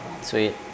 Sweet